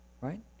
right